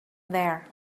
there